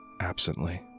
absently